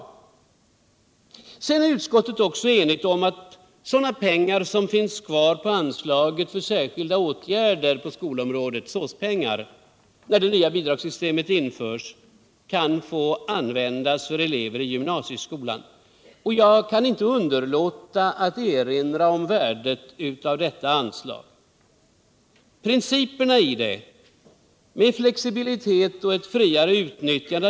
Utskottet är vidare också enigt om att sådana pengar som finns kvar på anslaget för särskilda åtgärder inom skolområdet — de s.k. SÅS-pengarna - när det nya bidragssystemet införs, kan få användas för åtgärder för elever i gymnasioskolan. Jag kan inte underlåta att erinra om värdet av detta anslag. Principerna i det, med flexibilitet och ett friare utnyttjande.